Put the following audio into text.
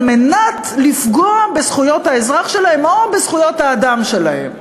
על מנת לפגוע בזכויות האזרח שלהם או בזכויות האדם שלהם.